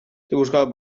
buscado